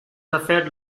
hacer